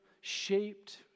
shaped